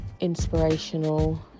inspirational